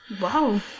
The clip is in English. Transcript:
Wow